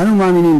אנו מאמינים,